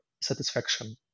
satisfaction